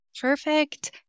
Perfect